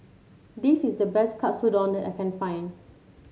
this is the best Katsudon that I can find